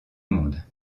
monde